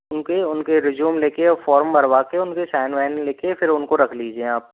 उनके उनके रिज्यूम लेकर और फॉर्म भरवा कर उनके साइन वाइन लेकर फ़िर उनको रख लीजिए आप